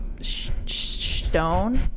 Stone